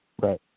Right